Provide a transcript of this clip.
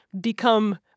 become